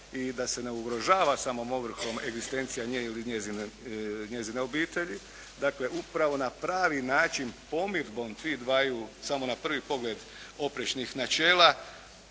i da se ne ugrožava samom ovrhom egzistencija nje ili njezine obitelji. Dakle, upravo na pravi način pomirbom tih dvaju samo na prvi pogled oprečnih načela